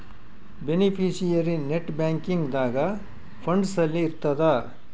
beneficiary net banking ದಾಗ funds ಅಲ್ಲಿ ಇರ್ತದ